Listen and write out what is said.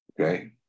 Okay